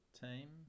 team